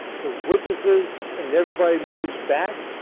the witnesses and everybody moves back,